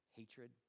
hatred